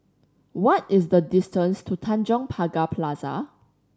what is the distance to Tanjong Pagar Plaza